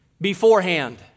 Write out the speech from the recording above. beforehand